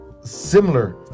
similar